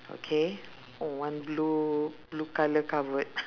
okay one blue blue colour covered